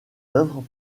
œuvres